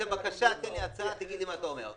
אז, בבקשה, תן לי הצעה, תגיד לי מה אתה אומר.